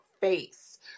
face